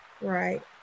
Right